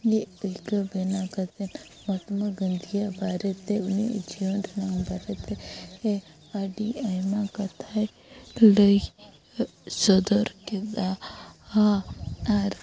ᱤᱧᱟᱹᱜ ᱟᱹᱭᱠᱟᱹᱣ ᱵᱮᱱᱟᱣ ᱠᱟᱛᱮᱫ ᱢᱚᱦᱟᱛᱢᱟ ᱜᱟᱱᱫᱷᱤᱭᱟᱜ ᱵᱟᱨᱮᱛᱮ ᱩᱱᱤᱭᱟᱜ ᱡᱤᱭᱚᱱ ᱨᱮᱱᱟᱜ ᱵᱟᱨᱮᱛᱮ ᱟ ᱰᱤ ᱟᱭᱢᱟ ᱠᱟᱛᱷᱟᱭ ᱞᱟᱹᱭ ᱥᱚᱫᱚᱨ ᱠᱮᱫᱟ ᱟᱨ